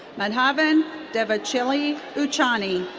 madhavan deivachilai uchani.